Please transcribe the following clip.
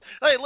Hey